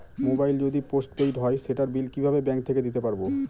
Mobile যদি postpaid হয় সেটার বিল কিভাবে ব্যাংক থেকে দিতে পারব?